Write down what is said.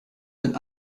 wenn